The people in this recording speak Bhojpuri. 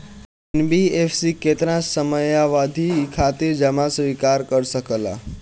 एन.बी.एफ.सी केतना समयावधि खातिर जमा स्वीकार कर सकला?